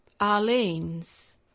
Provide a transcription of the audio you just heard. Arlene's